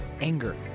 anger